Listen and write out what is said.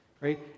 right